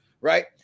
right